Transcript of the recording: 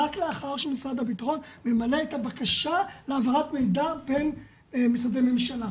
רק לאחר שמשרד הבטחון ממלא את הבקשה להעברת מידע בין משרדי ממשלה.